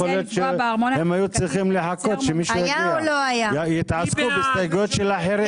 אם אתה שם רוויזיה, אני מסיר את הרוויזיה